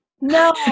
No